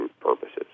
purposes